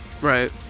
right